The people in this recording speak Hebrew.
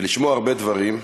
ולשמוע הרבה דברים.